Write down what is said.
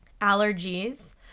allergies